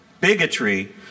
bigotry